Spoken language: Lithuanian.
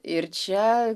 ir čia